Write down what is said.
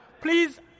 please